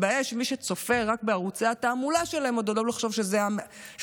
הבעיה היא שמי שצופה רק בערוצי התעמולה שלהם עוד עלול לחשוב שזה אמיתי,